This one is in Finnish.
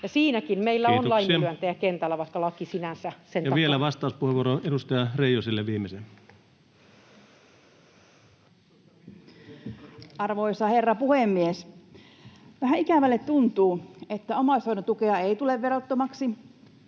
siinäkin meillä on laiminlyöntejä kentällä, vaikka laki sen sinänsä takaa. Kiitoksia. — Ja vielä viimeisenä vastauspuheenvuoro edustaja Reijoselle. Arvoisa herra puhemies! Vähän ikävälle tuntuu, että omaishoidon tuki ei tule verottomaksi